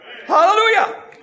Hallelujah